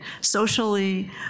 socially